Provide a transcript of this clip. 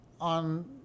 on